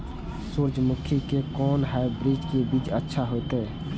सूर्यमुखी के कोन हाइब्रिड के बीज अच्छा होते?